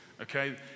okay